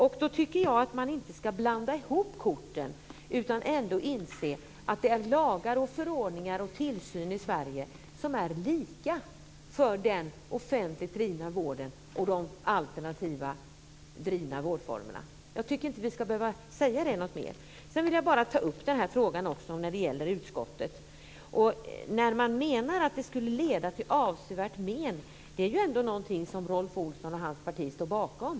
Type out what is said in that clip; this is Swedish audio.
Jag tycker inte att man ska blanda ihop korten, utan inse att lagar, förordningar och tillsyn i Sverige är lika för den offentligt drivna vården och de alternativt drivna vårdformerna. Jag tycker inte att vi ska behöva säga det något mer. Jag vill bara ta upp frågan om att utskottet menar att detta skulle leda till avsevärt men. Det är ju ändå någonting som Rolf Olsson och hans parti står bakom.